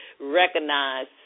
recognize